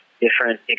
different